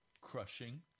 crushing